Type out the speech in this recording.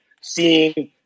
seeing